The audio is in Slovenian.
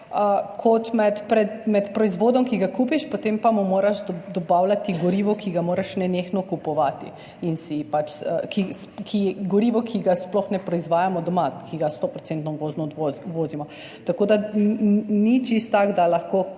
in med proizvodom, ki ga kupiš, potem pa mu moraš dobavljati gorivo, ki ga moraš nenehno kupovati, gorivo, ki ga sploh ne proizvajamo doma, ki ga stoodstotno vozimo. Tako da ni čisto tako, da lahko